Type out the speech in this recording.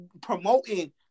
promoting